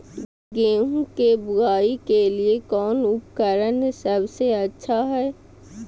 गेहूं के बुआई के लिए कौन उपकरण सबसे अच्छा है?